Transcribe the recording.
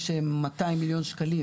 יש מאתיים מיליון שקלים,